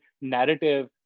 narrative